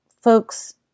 folks